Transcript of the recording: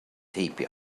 heibio